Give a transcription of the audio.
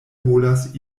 volas